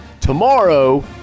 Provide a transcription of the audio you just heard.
tomorrow